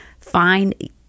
Find